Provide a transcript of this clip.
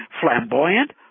flamboyant